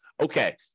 okay –